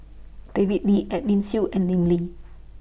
David Lee Edwin Siew and Lim Lee